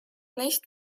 nicht